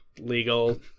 legal